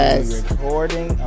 recording